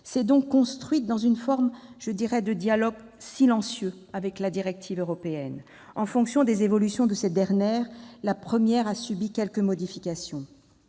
s'est donc construite dans une forme de dialogue silencieux avec la directive européenne. En fonction des évolutions de cette dernière, la première a subi quelques modifications.